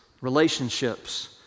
relationships